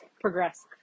progress